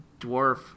dwarf